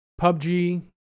PUBG